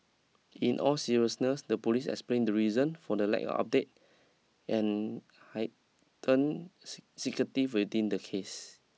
in all seriousness the Police explainrf the reason for the lack of update and heightenrf secrecy within the case